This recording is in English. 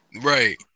Right